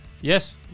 Yes